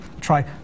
Try